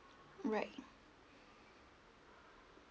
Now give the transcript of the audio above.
right